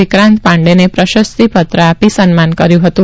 વિક્રાંત પાંડેનેપ્રશસ્તિપત્ર આપી સન્માન કર્યું હતું